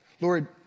Lord